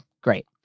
great